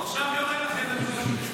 הוא עכשיו יורד לחדר הכושר.